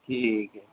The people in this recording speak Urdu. ٹھیک ہے